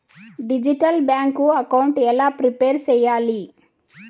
Digital bank account ఎలా prepare సెయ్యాలి?